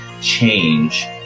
change